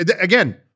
again